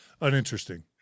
uninteresting